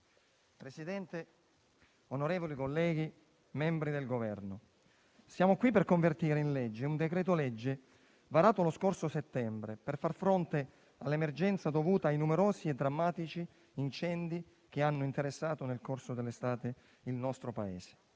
Presidente, onorevoli colleghi, membri del Governo, siamo qui per convertire in legge un decreto-legge varato lo scorso settembre per far fronte all'emergenza dovuta ai numerosi e drammatici incendi che hanno interessato nel corso dell'estate il nostro Paese